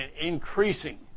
increasing